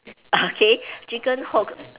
okay chicken hook